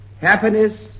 happiness